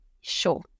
Sure